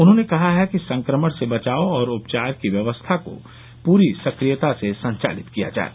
उन्होंने कहा है कि संक्रमण से बचाव और उपचार की व्यवस्था को पूरी संक्रियता से संचालित किया जाये